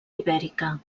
ibèrica